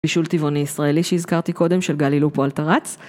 בישול טבעוני ישראלי שהזכרתי קודם, של גלי לופו אלטרץ.